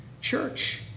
church